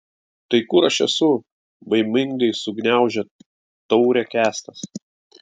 tai kur aš esu baimingai sugniaužė taurę kęstas